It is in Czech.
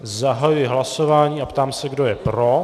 Zahajuji hlasování a ptám se, kdo je pro.